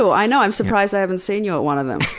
so i know, i'm surprised i haven't seen you at one of them.